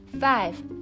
Five